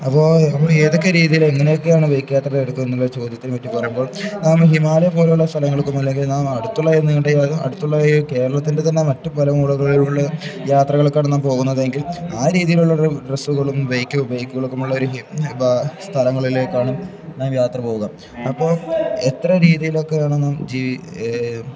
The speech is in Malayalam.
അപ്പോ നമ്മൾ ഏതൊക്കെ രീതിയില് എങ്ങനെയൊക്കെയാണ് ബൈക്ക് യാത്ര എടുക്കുക എന്നുള്ള ചോദ്യത്തിനെ പറ്റി പറയുമ്പോൾ നാം ഹിമാലയം പോലുള്ള സ്ഥലങ്ങൾക്കും അല്ലെങ്കിൽ നാം അടുത്തുള്ളതായ കേരളത്തിൻ്റെ തന്നെ മറ്റു പല മൂലകളിലുമുള്ള യാത്രകൾക്കാണു നാം പോകുന്നതെങ്കിൽ ആ രീതിയിലുള്ളൊരു ഡ്രസ്സുകളും ബൈക്ക് ബൈക്കുകളൊക്കെയുമുള്ളൊരു സ്ഥലങ്ങളിലേക്കാണു നാം യാത്ര പോകുക അപ്പോള് എത്ര രീതിയിലൊക്കെയാണു നാം